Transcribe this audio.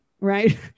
Right